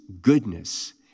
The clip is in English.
goodness